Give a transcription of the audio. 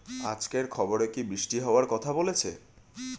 আজকের খবরে কি বৃষ্টি হওয়ায় কথা বলেছে?